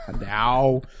Now